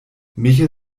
michel